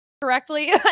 Correctly